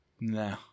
No